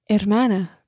Hermana